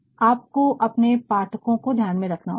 आपको अपने पाठक को ध्यान में रखना होता है